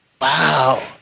Wow